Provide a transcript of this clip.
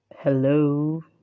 Hello